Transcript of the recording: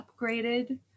upgraded